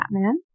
Batman